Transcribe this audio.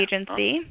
agency